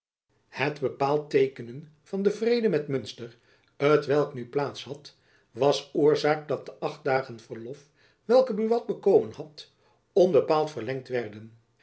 het bepaald teekenen van den vrede met munster t welk nu plaats had was oorzaak dat de acht dagen verlof welke buat bekomen had onbepaald verlengd werden